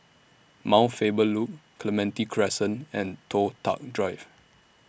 Mount Faber Loop Clementi Crescent and Toh Tuck Drive